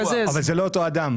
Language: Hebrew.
אבל זה לא אותו אדם.